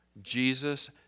Jesus